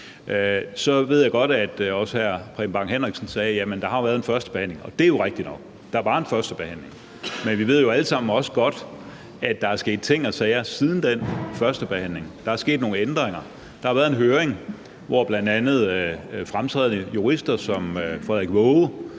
Så ved jeg også godt, at hr. Preben Bang Henriksen har sagt, at der har været en førstebehandling, og det er jo rigtigt nok. Men vi ved jo alle sammen også godt, at der er sket ting og sager siden den førstebehandling, at der er sket nogle ændringer. Der har jo været en høring, hvor bl.a. fremtrædende jurister som Frederik Waage